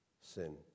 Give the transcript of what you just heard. sin